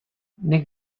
nik